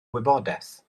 wybodaeth